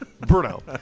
Bruno